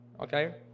Okay